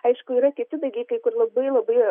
aišku yra kiti dalykai kur labai labai